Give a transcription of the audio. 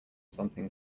something